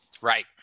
Right